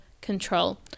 control